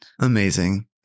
Amazing